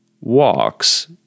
walks